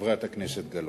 חברת הכנסת גלאון?